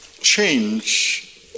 change